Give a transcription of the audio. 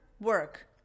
work